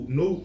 no